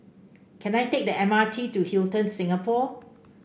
can I take the M R T to Hilton Singapore